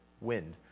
wind